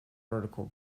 vertical